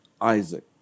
Isaac